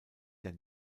der